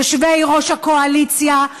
יושבי-ראש הקואליציה,